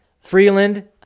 Freeland